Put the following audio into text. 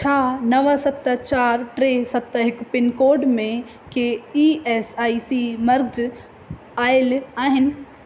छा नव सत चारि टे सत हिकु पिनकोड में के ई एस आई सी मकर्ज़ आयल आहिनि